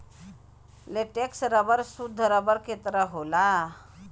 latex rubber सुद्ध rubber के तरह होला